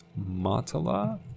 Matala